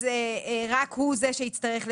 אז רק הוא זה שיצטרך לשלם.